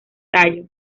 tallo